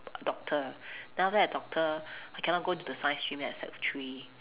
doctor then after that doctor I cannot go into the science stream at sec three